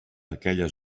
aquelles